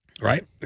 right